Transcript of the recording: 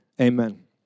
Amen